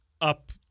up